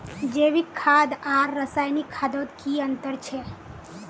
जैविक खाद आर रासायनिक खादोत की अंतर छे?